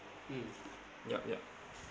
mm yup yup